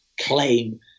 claim